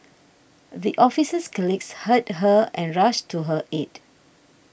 the officer's colleagues heard her and rushed to her aid